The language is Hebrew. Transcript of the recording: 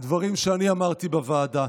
דברים שאני אמרתי בוועדה.